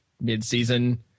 mid-season